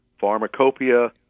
pharmacopoeia